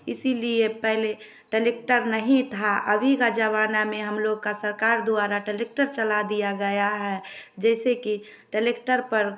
इसीलिए पहले टलेक्टर नहीं था अभी का ज़माना में हम लोग का सरकार द्वारा टलेक्टर चला दिया गया है जैसे कि टलेक्टर पर